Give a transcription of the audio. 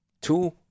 Two